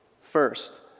First